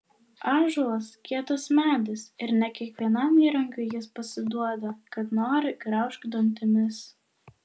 ąžuolas kietas medis ir ne kiekvienam įrankiui jis pasiduoda kad nori graužk dantimis